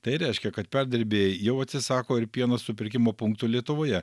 tai reiškia kad perdirbėjai jau atsisako ir pieno supirkimo punktų lietuvoje